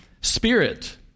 Spirit